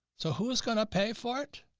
so who is gonna pay for it?